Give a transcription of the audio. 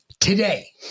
Today